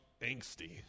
angsty